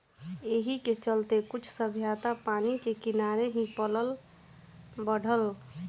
एही के चलते कुल सभ्यता पानी के किनारे ही पलल बढ़ल